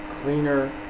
cleaner